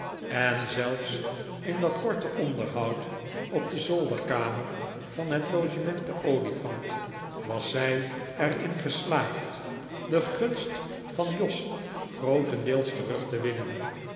en zelfs in dat korte onderhoud op de zolderkamer van het logement de olifant was zij er in geslaagd de gunst van jos grootendeels terug te winnen